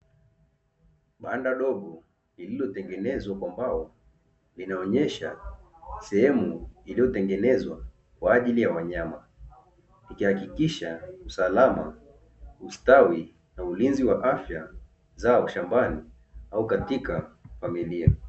Banda dogo liliyotengenezwa kwa mbao inaonesha sehemu iliyotengenezwa kwa ajili ya wanyama, ikihakikisha usalama, ustawi na ulinzi wa afya zao shambani au katika familia.